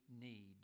need